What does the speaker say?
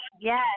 Yes